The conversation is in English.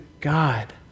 God